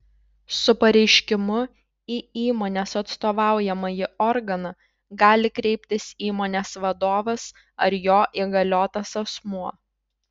su pareiškimu į įmonės atstovaujamąjį organą gali kreiptis įmonės vadovas ar jo įgaliotas asmuo